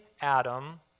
Adam